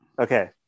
Okay